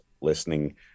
listening